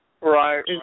Right